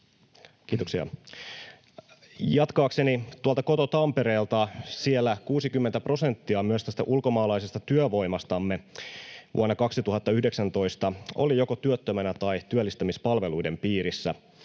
Kiitoksia. — Jatkaakseni tuolta Koto-Tampereelta: siellä 60 prosenttia myös tästä ulkomaalaisesta työvoimastamme vuonna 2019 oli joko työttömänä tai työllistämispalveluiden piirissä.